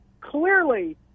clearly